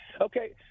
Okay